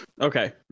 okay